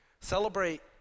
celebrate